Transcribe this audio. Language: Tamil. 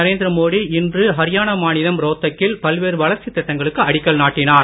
நரேந்திர மோடி இன்று ஹரியானா மாநிலம் ரோத்தக் கில் பல்வேறு வளர்ச்சித் திட்டங்களுக்கு அடிக்கல் நாட்டினார்